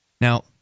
Now